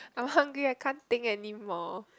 I'm hungry I can't think anymore